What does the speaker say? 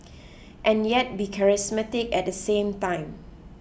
and yet be charismatic at the same time